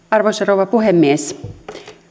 arvoisa rouva puhemies